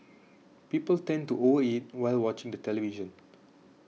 people tend to over eat while watching the television